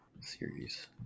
series